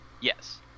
Yes